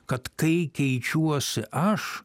kad kai keičiuosi aš